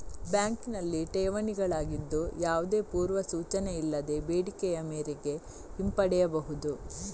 ಬ್ಯಾಂಕಿನಲ್ಲಿ ಠೇವಣಿಗಳಾಗಿದ್ದು, ಯಾವುದೇ ಪೂರ್ವ ಸೂಚನೆ ಇಲ್ಲದೆ ಬೇಡಿಕೆಯ ಮೇರೆಗೆ ಹಿಂಪಡೆಯಬಹುದು